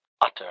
utter